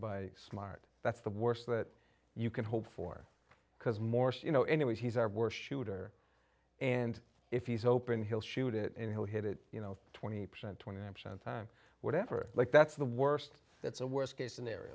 by smart that's the worst that you can hope for because morse you know anyway he's our worst shooting and if he's open he'll shoot it and who hit it you know twenty percent twenty percent time whatever like that's the worst that's a worst case scenario